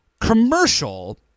commercial